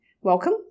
Welcome